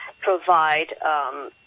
provide